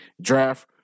draft